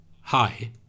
hi